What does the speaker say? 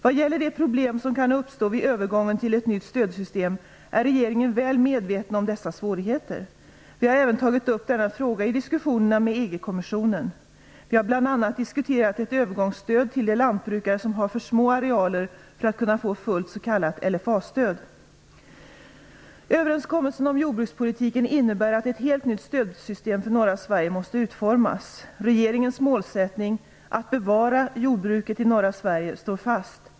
Vad gäller de problem som kan uppstå vid övergången till ett nytt stödsystem är regeringen väl medveten om dessa svårigheter. Vi har även tagit upp denna fråga i diskussionerna med EG-kommissionen. Vi har bl.a. diskuterat ett övergångsstöd till de lantbrukare som har för små arealer för att kunna få fullt s.k. LFA-stöd. Överenskommelsen om jordbrukspolitiken innebär att ett helt nytt stödsystem för norra Sverige måste utformas. Regeringens målsättning - att bevara jordbruket i norra Sverige - står fast.